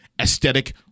aesthetic